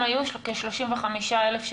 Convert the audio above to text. זאת אומרת שעד היום היו כ-35,000 שנדגמו.